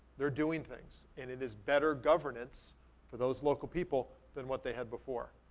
they're doing things. and it is better governance for those local people than what they had before.